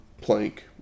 plank